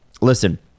Listen